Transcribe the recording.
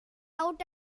out